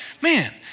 man